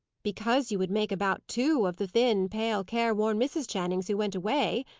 because you would make about two of the thin, pale, careworn mrs. channing who went away,